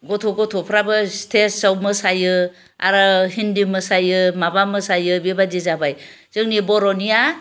गथ' गथ'फ्राबो स्टेजआव मोसायो आरो हिन्दी मोसायो माबा मोसायो बेबादि जाबाय जोंनि बर'निया